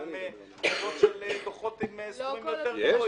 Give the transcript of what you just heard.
חובות של דוחות עם סכומים יותר גבוהים.